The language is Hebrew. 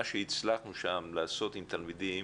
מה שהצלחנו שם לעשות עם תלמידים,